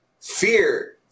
fear